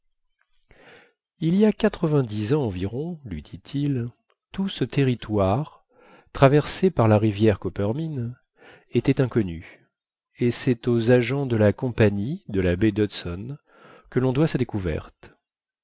il y a quatre-vingt-dix ans environ lui dit-il tout ce territoire traversé par la rivière coppermine était inconnu et c'est aux agents de la compagnie de la baie d'hudson que l'on doit sa découverte